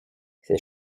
ces